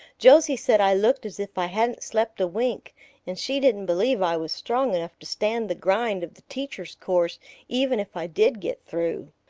josie said i looked as if i hadn't slept a wink and she didn't believe i was strong enough to stand the grind of the teacher's course even if i did get through.